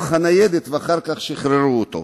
לניידת, ואחר כך שחררו אותו.